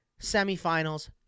semifinals